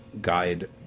guide